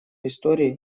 истории